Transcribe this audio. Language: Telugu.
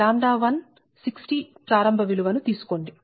60 ప్రారంభ విలువ ను తీసుకోండి